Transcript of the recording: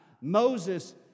Moses